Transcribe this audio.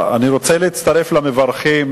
אני רוצה להצטרף למברכים